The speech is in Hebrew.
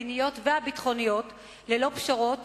המדיניות והביטחוניות ללא פשרות,